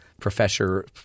professor